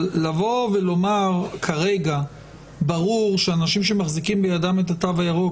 כשאתם אומרים שאנשים שמחזיקים בידם את התו הירוק,